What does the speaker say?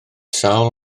sawl